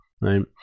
right